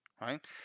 right